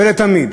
ולתמיד.